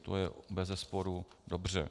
To je bezesporu dobře.